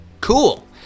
cool